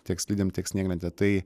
tiek slidėm tiek snieglente tai